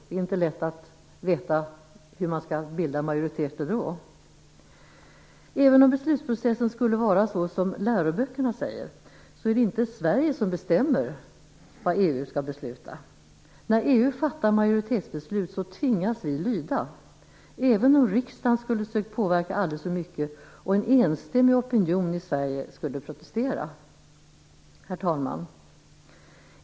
Det är inte lätt att veta hur man skall bilda majoriteter då. Även om beslutsprocessen skulle vara sådan som läroböckerna säger är det inte Sverige som bestämmer vad EU skall besluta. När EU fattar majoritetsbeslut tvingas vi lyda, även om riksdagen skulle sökt påverka aldrig så mycket och en enstämmig opinion i Sverige skulle protestera. Herr talman!